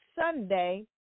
Sunday